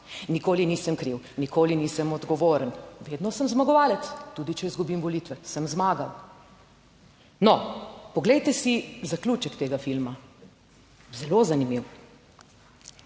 Nikoli nisem kriv, nikoli nisem odgovoren, vedno sem zmagovalec, tudi če izgubim volitve, sem zmagal. No, poglejte si zaključek tega filma. Zelo zanimiv.